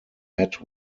met